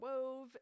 wove